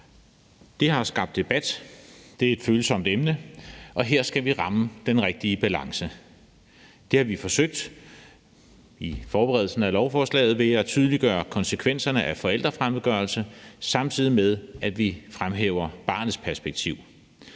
Det har skabt debat. Det er et følsomt emne, og her skal vi ramme den rigtige balance. Det har vi forsøgt i forberedelsen af lovforslaget ved at tydeliggøre konsekvenserne af forældrefremmedgørelse, samtidig med at vi fremhæver barnets perspektiv.